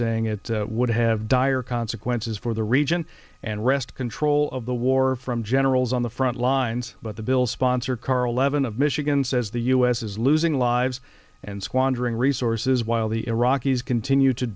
saying it would have dire consequences for the region and wrest control of the war from generals on the frontlines but the bill's sponsor carl levin of michigan says the u s is losing lives and squandering resources while the iraqis continue to